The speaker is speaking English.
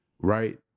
right